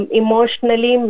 emotionally